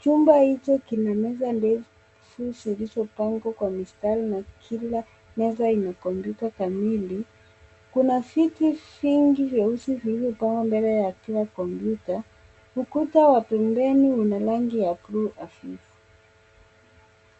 Chumba hicho kina meza ndefu zilizo pangwa kwa mistari na kila meza ina kompyuta kamili. Kuna viti vingi vieusi vilivyo pangwa mbele ya kila kompyuta. Ukuta wa pembeni una rangi ya bluu hafifu.